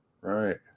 Right